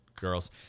girls